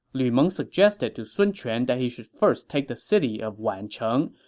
lu meng suggested to sun quan that he should first take the city of wancheng,